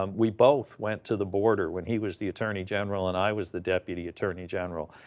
um we both went to the border when he was the attorney general and i was the deputy attorney general.